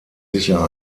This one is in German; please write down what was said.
sicher